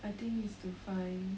I think is to find